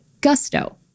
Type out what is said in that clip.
Gusto